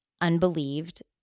unbelieved